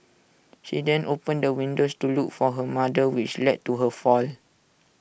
she then opened the windows to look for her mother which led to her fall